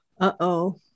Uh-oh